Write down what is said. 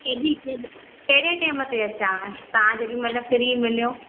केॾी केॾ कहिड़े टेम ते अचांव तव्हां जेॾीमहिल फ्री मिलो